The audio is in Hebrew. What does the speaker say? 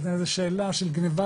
זו שאלה של גניבת דעת.